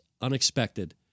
unexpected